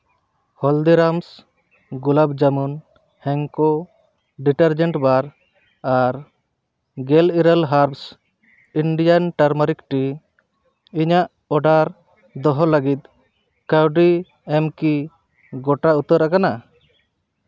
ᱦᱚᱞᱫᱤᱨᱟᱢ ᱜᱳᱞᱟᱯ ᱡᱟᱢᱚᱱ ᱦᱮᱱᱠᱳ ᱰᱤᱴᱟᱨᱡᱮᱱᱴ ᱵᱟᱨ ᱟᱨ ᱜᱮᱞ ᱤᱨᱟᱹᱞ ᱦᱟᱨᱵᱥ ᱤᱱᱰᱤᱭᱟᱱ ᱴᱟᱨᱢᱟᱨᱤᱠ ᱴᱤ ᱤᱧᱟᱹᱜ ᱚᱰᱟᱨ ᱫᱚᱦᱚ ᱞᱟᱹᱜᱤᱫ ᱠᱟᱹᱣᱰᱤ ᱮᱢ ᱠᱤ ᱜᱚᱴᱟ ᱩᱛᱟᱹᱨᱟᱠᱟᱱᱟ